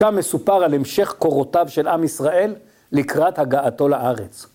גם מסופר על המשך קורותיו של עם ישראל לקראת הגעתו לארץ.